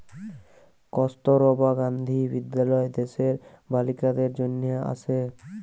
কস্তুরবা গান্ধী বিদ্যালয় দ্যাশের বালিকাদের জনহে আসে